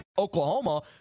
Oklahoma